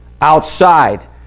outside